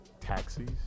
Taxis